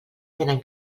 tenen